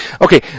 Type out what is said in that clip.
okay